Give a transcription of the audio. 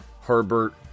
Herbert